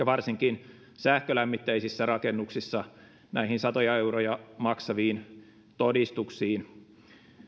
varsinkin sähkölämmitteisissä rakennuksissa näihin satoja euroja maksaviin todistuksiin